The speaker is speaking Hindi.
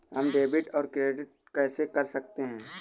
हम डेबिटऔर क्रेडिट कैसे कर सकते हैं?